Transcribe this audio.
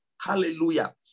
Hallelujah